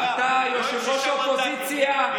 לא עם שישה מנדטים.